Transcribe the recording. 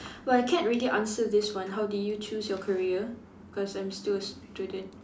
but I can't really answer this one how did you choose your career cause I'm still a student